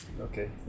okay